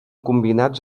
combinats